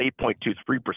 8.23%